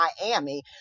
Miami